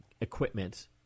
equipment